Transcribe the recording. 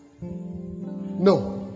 no